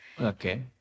Okay